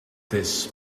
this